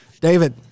David